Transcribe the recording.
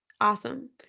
awesome